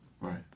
Right